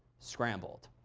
scrambled.